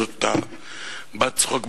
שזאת בת-צחוק,